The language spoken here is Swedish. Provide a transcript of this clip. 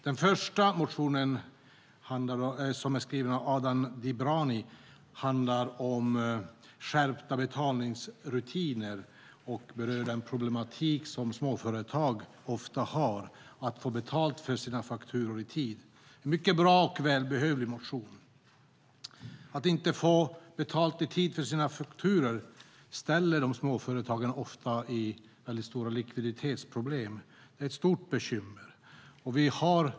Den första motionen, som är skriven av Adnan Dibrani, handlar om skärpta betalningsrutiner och berör de problem som småföretag ofta har med att få betalt för sina fakturor i tid. Det är en mycket bra och välbehövlig motion. Att inte få betalt i tid för sina fakturor försätter ofta småföretagare i väldigt stora likviditetsproblem. Det är ett stort bekymmer.